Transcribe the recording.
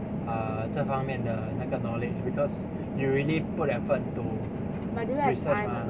err 这方面的那个 knowledge because you really put effort to research mah